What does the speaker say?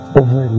over